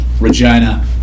Regina